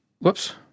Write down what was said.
whoops